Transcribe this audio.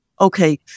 Okay